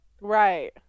right